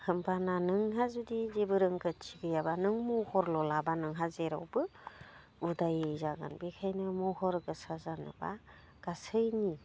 होमब्लाना नोंहा जुदि जेबो रोंगोथि गैयाब्ला नों महरल' लाब्ला नोंहा जेरावबो उदायै जागोन बेखायनो महर गोसा जानोब्ला गासैनि